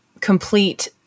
complete